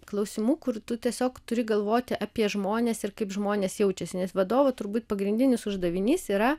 klausimų kur tu tiesiog turi galvoti apie žmones ir kaip žmonės jaučiasi nes vadovo turbūt pagrindinis uždavinys yra